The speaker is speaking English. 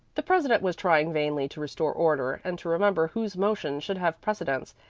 the president was trying vainly to restore order and to remember whose motion should have precedence,